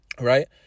right